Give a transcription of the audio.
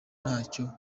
ntacyo